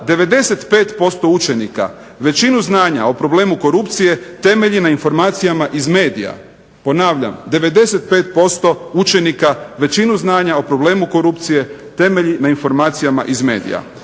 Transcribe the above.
95% učenika većinu znanja o problemu korupcije temelji na informacijama iz medija. Ponavljam 95% učenika većinu znanja o problemu korupcije temelji na informacijama iz medija.